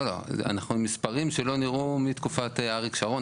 אנחנו במספרים שלא נראו מתקופת אריק שרון.